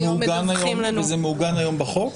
זה מעוגן היום בחוק?